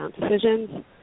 decisions